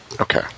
Okay